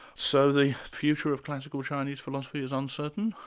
so the future of classical chinese philosophy is uncertain?